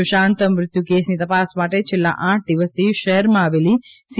સુશાંત મૃત્યુકેસની તપાસ માટે છેલ્લા આઠ દિવસથી શહેરમાં આવેલી સી